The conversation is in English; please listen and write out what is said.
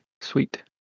Sweet